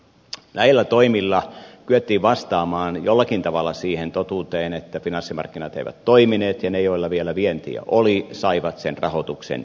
näillä toimilla kyettiin vastaamaan jollakin tavalla siihen totuuteen että finanssimarkkinat eivät toimineet ja ne joilla vielä vientiä oli saivat sen rahoituksen järjestettyä